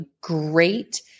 great